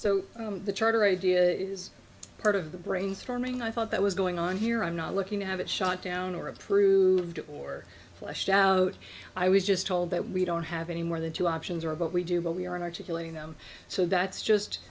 so the charter idea is part of the brainstorming i thought that was going on here i'm not looking to have it shot down or approved or fleshed out i was just told that we don't have any more than two options or but we do but we aren't articulating them so that's just